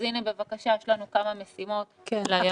אז, הנה, בבקשה, יש לנו כמה משימות לימים הקרובים.